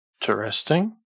interesting